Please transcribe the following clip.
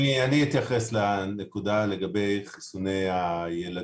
אני אתייחס לנקודה לגבי חיסוני הילדים,